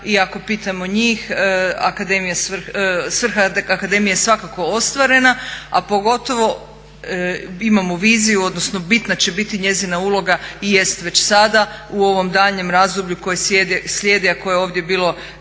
i ako pitamo njih svrha akademije je svakako ostvarena, a pogotovo imamo viziju, odnosno bitna će biti njezina uloga i jest već sada u ovom daljnjem razdoblju koje slijedi, a koje je ovdje bilo